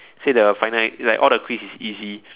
say the final like all the quiz is easy